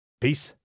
Peace